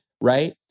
right